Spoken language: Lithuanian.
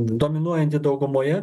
dominuojanti daugumoje